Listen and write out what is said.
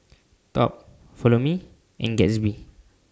Top Follow Me and Gatsby